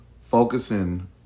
focusing